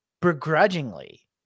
begrudgingly